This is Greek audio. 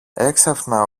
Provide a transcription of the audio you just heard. έξαφνα